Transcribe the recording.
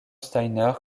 steiner